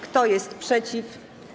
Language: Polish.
Kto jest przeciw?